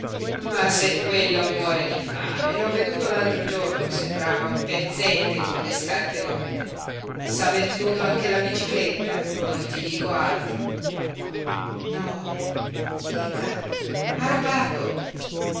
ma se quello muore di fame l'ho veduto l'altro giorno sembrava un pezzente con le scarpe rotte s'ha venduto anche la bicicletta non ti dico altro no dica ha rubato